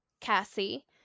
Cassie